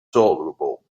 tolerable